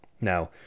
Now